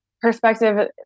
perspective